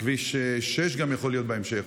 וגם בכביש 6 יכול להיות בהמשך,